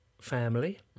family